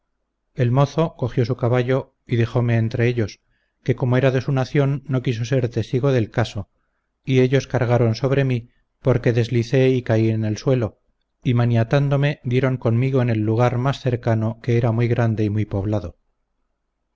el mozo cogió su caballo y dejome entre ellos que como era de su nación no quiso ser testigo del caso y ellos cargaron sobre mí porque deslicé y caí en el suelo y maniatándome dieron conmigo en el lugar más cercano que era muy grande y muy poblado